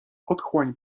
otchłań